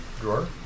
drawer